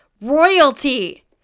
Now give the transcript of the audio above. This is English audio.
royalty